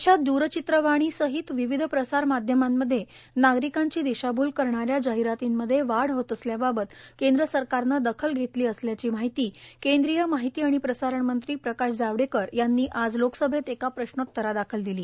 देशात दूरचित्रवाणीसहित विविध प्रसारमाध्यमांमध्ये नागरिकांची दिशाभूल करणाऱ्या जाहिरांतीमध्ये वाढ होत असल्याबाबत केंद्र सरकारनं दखल घेतली असल्याची माहिती केंद्रीय माहिती आणि प्रसारण मंत्री प्रकाश जावडेकर यांनी आज लोकसभेत एका प्रश्नोत्तरादाखल दिली